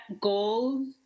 goals